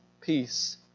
peace